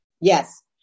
Yes